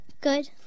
Good